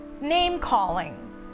name-calling